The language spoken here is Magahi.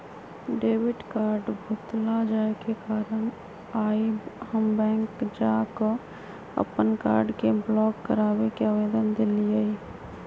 डेबिट कार्ड भुतला जाय के कारण आइ हम बैंक जा कऽ अप्पन कार्ड के ब्लॉक कराबे के आवेदन देलियइ